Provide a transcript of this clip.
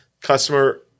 customer